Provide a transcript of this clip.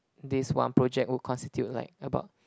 this one project will constitute like about